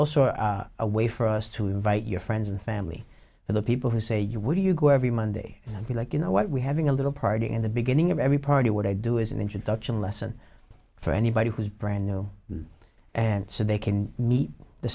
also a way for us to invite your friends and family and the people who say you what do you go every monday and be like you know what we having a little party in the beginning of every party what i do is an introduction lesson for anybody who is brand new and so they can meet the